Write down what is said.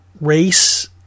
race